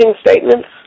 statements